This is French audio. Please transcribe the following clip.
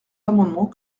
amendements